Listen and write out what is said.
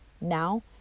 now